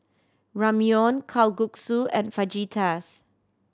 Ramyeon Kalguksu and Fajitas